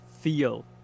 feel